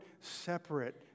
separate